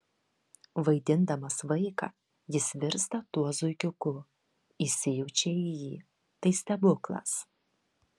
vaidindamas vaiką jis virsta tuo zuikiuku įsijaučia į jį tai stebuklas